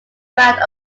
amount